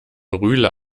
rühle